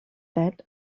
that